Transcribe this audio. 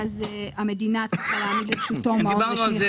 אז המדינה צריכה להעמיד לרשותו מעון רשמי